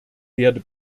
werde